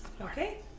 Okay